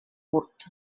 curt